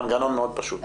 מנגנון מאוד פשוט.